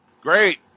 Great